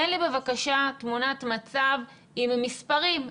תן לי בבקשה תמונת מצב עם מספרים,